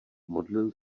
modlil